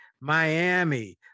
Miami